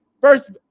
First